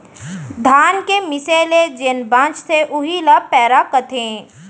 धान के मीसे ले जेन बॉंचथे उही ल पैरा कथें